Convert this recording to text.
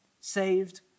saved